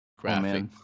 graphic